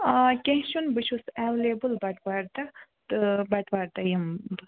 آ کیٚنٛہہ چھُنہٕ بہٕ چھُس ایٚویلیبُل بَٹہٕ وارِ دۄہ تہٕ بَٹہٕ وارِ دۄہ یمہٕ بہٕ